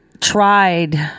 tried